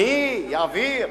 אני, אעביר.